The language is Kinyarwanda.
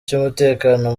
cy’umutekano